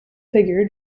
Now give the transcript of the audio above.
figure